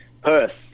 Perth